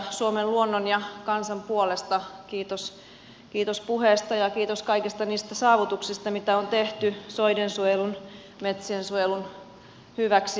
suomen luonnon ja kansan puolesta kiitos puheesta ja kiitos kaikista niistä saavutuksista mitä on tehty soiden suojelun metsien suojelun hyväksi